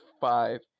five